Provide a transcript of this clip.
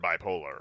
bipolar